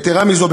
יתרה מזו,